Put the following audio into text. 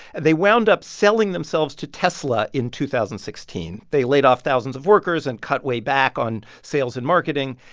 they wound up selling themselves to tesla in two thousand and sixteen. they laid off thousands of workers and cut way back on sales and marketing.